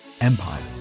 Empire